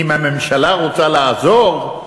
אם הממשלה רוצה לעזור,